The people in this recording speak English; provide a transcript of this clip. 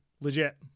legit